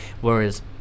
whereas